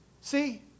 See